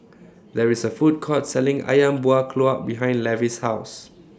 There IS A Food Court Selling Ayam Buah Keluak behind Levy's House